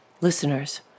Listeners